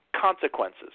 consequences